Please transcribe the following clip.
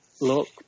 look